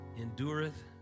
endureth